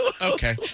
okay